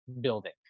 building